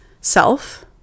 self